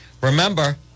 Remember